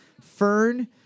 Fern